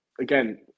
Again